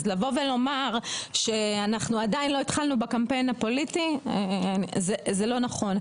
אז לבוא ולומר שאנחנו עדיין לא התחלנו בקמפיין הפוליטי זה לא נכון.